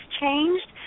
changed